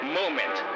moment